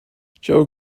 joe